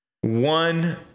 one